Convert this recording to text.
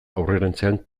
aurrerantzean